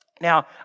Now